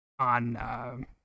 On